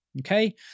Okay